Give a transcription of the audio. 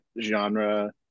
genre